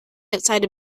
outside